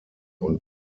und